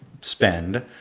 spend